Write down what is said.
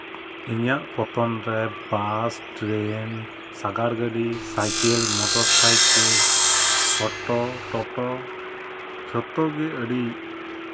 ᱤᱧᱟᱹᱜ ᱯᱚᱱᱚᱛ ᱨᱮ ᱵᱟᱥ ᱴᱨᱮᱹᱱ ᱥᱟᱜᱟᱲ ᱜᱟᱹᱰᱤ ᱥᱟᱭᱠᱮᱹᱞ ᱢᱚᱴᱚᱨ ᱥᱟᱭᱠᱮᱹᱞ ᱚᱴᱚ ᱴᱚᱴᱚ ᱡᱷᱚᱛᱚ ᱜᱮ ᱟᱹᱰᱤ